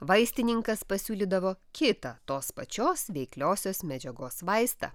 vaistininkas pasiūlydavo kitą tos pačios veikliosios medžiagos vaistą